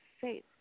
faith